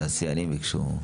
התעשיינים ביקשו.